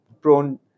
prone